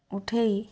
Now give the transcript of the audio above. ଉଠାଇ